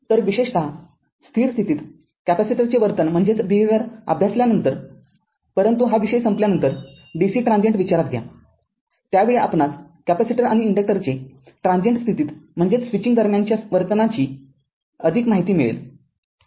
तर विशेषतस्थिर स्थितीत कॅपेसिटरचे वर्तन अभ्यासल्यानानंतरपरंतु हा विषय संपल्यानंतर डी सी ट्रांजीएंट विचारात घ्या त्यावेळी आपणास कॅपेसिटर आणि इन्डक्टरचे ट्रांजीएंट स्थितीत म्हणजे स्विचिंग दरम्यानच्या वर्तनाची अधिक माहिती मिळेल